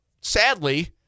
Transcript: sadly